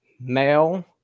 male